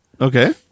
Okay